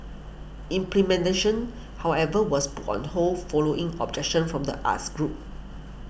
however was put on hold following objection from the arts groups